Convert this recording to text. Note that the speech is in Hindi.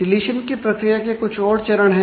डीलीशन की प्रक्रिया के कुछ और चरण है